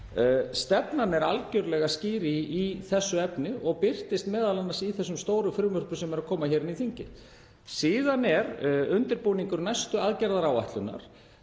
Stefnan er algjörlega skýr í þessu efni og birtist m.a. í þessum stóru frumvörpum sem eru að koma inn í þingið. Síðan er undirbúningur næstu aðgerðaráætlunar